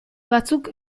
batzuk